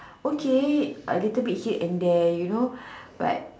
okay a little bit here and there you know but